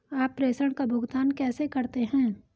आप प्रेषण का भुगतान कैसे करते हैं?